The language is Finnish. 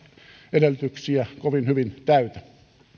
edellytyksiä kovin hyvin täytä